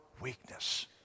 weakness